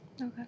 Okay